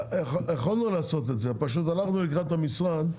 יכלנו לעשות את זה, פשוט הלכנו לקראת המשרד,